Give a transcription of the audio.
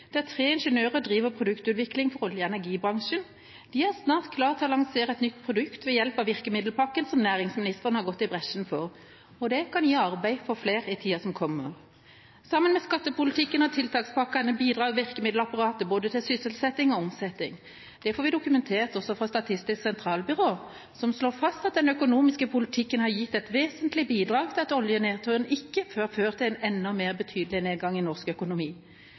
uke, der tre ingeniører driver produktutvikling for olje- og energibransjen. De er snart klare til å lansere et nytt produkt ved hjelp av virkemiddelpakken som næringsministeren har gått i bresjen for, og det kan gi arbeid til flere i tiden som kommer. Sammen med skattepolitikken og tiltakspakkene bidrar virkemiddelapparatet til både sysselsetting og omsetning. Det får vi dokumentert også fra Statistisk sentralbyrå, som slår fast at den økonomiske politikken har gitt et vesentlig bidrag til at oljenedturen ikke har ført til en enda mer betydelig nedgang i norsk økonomi.